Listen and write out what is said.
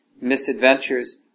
misadventures